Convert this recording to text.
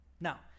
Now